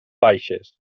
baixes